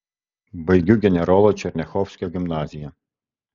baigiu generolo černiachovskio gimnaziją